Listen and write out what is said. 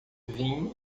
vinho